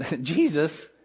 Jesus